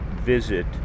visit